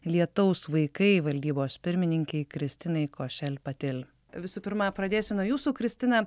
lietaus vaikai valdybos pirmininkei kristinai košel patil visų pirma pradėsiu nuo jūsų kristina